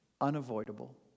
unavoidable